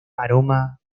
aroma